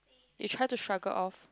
you try to struggle off